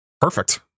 Perfect